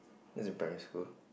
this is in primary school